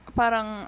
parang